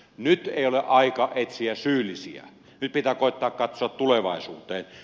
nyt ei ole aika etsiä syyllisiä nyt pitää koettaa katsoa tulevaisuuteen